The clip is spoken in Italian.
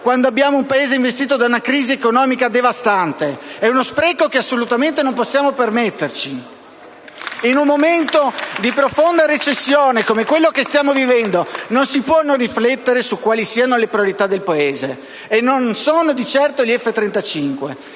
quando abbiamo un Paese investito da una crisi economica devastante? È uno spreco che assolutamente non possiamo permetterci. *(Applausi dal Gruppo* *M5S).* In un momento di profonda recessione, come quello che stiamo vivendo, non si può non riflettere su quali siano le priorità del Paese: non sono di certo gli F-35.